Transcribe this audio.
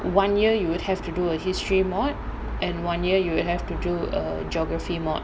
one year you would have to do a history module and one year you will have to do a geography module